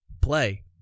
play